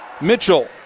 Mitchell